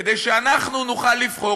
כדי שאנחנו נוכל לבחור,